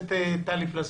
הכנסת טלי פלוסקוב,